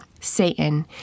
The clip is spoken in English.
Satan